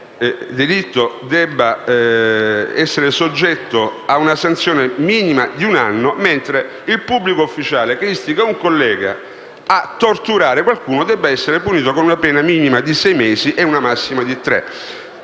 delitto), debba essere soggetto a una sanzione minima di un anno, mentre il pubblico ufficiale che istiga un collega a torturare qualcuno debba essere punito con una pena minima di sei mesi e una massima di tre.